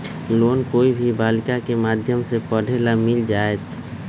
Loan कोई भी बालिका के माध्यम से पढे ला मिल जायत?